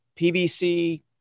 PVC